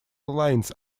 lines